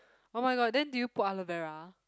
oh-my-god then did you put aloe vera